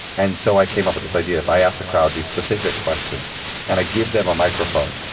and so i came up with this idea. if i asked the crowd these specific questions and i give them a microphone,